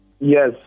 yes